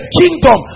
kingdom